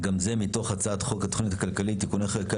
מתוך הצעת חוק התוכנית הכלכלית (תיקוני חקיקה